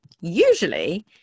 Usually